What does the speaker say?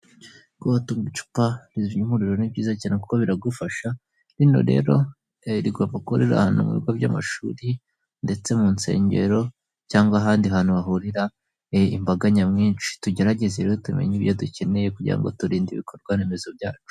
Kuba watunga icupa rizimya umuriro ni byiza cyane kuko biragufasha, rino rero rigomba kuba riri mu bigo by'amashuri, ndetse mu nsengero, cyangwa ahandi hantu hahurira imbaga nyamwinshi. Tugerageze rero tumenye ibyo dukeneye kugira ngo turinde ibikorwaremezo byacu.